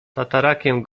tatarakiem